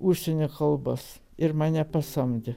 užsienio kalbas ir mane pasamdė